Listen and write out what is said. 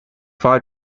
five